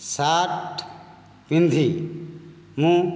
shirt ପିନ୍ଧି ମୁଁ